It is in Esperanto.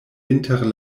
inter